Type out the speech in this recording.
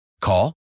Call